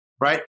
right